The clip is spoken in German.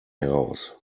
heraus